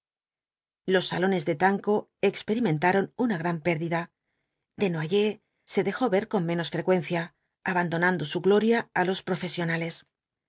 los salones de tango experimentaron una gran pérdida desnoyers se dejó ver con menos frecuencia abandonando su gloria á los profesionales